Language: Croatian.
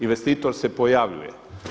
Investitor se pojavljuje.